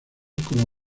como